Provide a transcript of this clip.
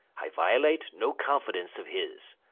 i violate no confidence of his.